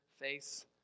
face